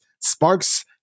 sparks